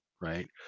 right